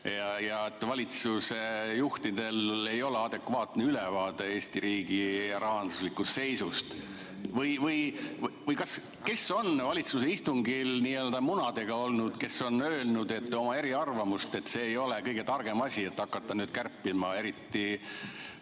ja et valitsuse juhtidel ei ole adekvaatne ülevaade Eesti riigi rahanduslikust seisust. Või kes on valitsuse istungil n‑ö munadega olnud, kes on öelnud oma eriarvamust, et see ei ole kõige targem asi, et hakata kärpima, eriti